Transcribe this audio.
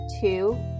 two